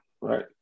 Right